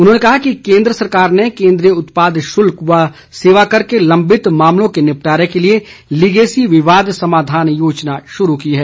उन्होंने कहा कि केंद्र सरकार ने केंद्रीय उत्पाद शुल्क व सेवाकर के लंबित मामलों के निपटारे के लिए लीगेसी विवाद समाधान योजना शुरू की है